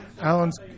Alan's